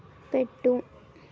పెట్టు